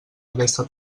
aquesta